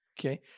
Okay